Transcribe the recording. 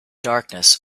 darkness